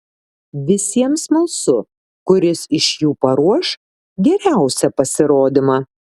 visiems smalsu kuris iš jų paruoš geriausią pasirodymą